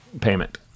payment